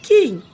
King